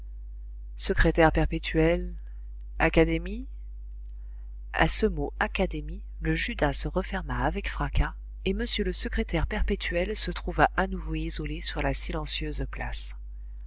secrétaire perpétuel académie a ce mot académie le judas se referma avec fracas et m le secrétaire perpétuel se trouva à nouveau isolé sur la silencieuse place